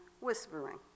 whispering